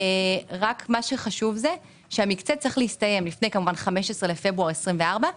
מה שחשוב זה שהמקצה צריך להסתיים לפני 15 בפברואר 2024,